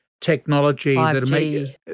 technology